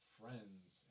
friends